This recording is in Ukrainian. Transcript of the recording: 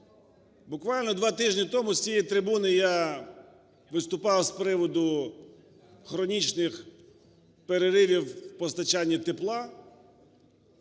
Буквально два тижні тому з цієї трибуни я виступав з приводу хронічних переривів в постачанні тепла,